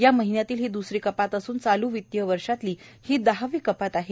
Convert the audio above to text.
या महिन्यातली ही द्रसरी कपात असून चालू वित्तीय वर्षातली ही दहावी कपात आहे